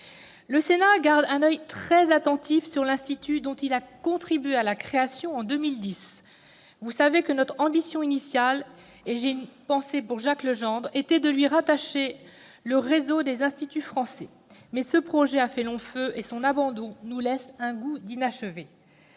Le Sénat garde un oeil très attentif sur l'Institut, à la création duquel il a contribué en 2010. Vous savez que notre ambition initiale- j'ai une pensée pour Jacques Legendre -était de lui rattacher le réseau des instituts français, mais ce projet a fait long feu et son abandon nous laisse un goût d'inachevé.